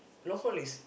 long haul is